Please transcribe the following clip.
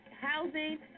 Housing